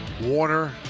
Warner